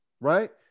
right